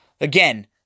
again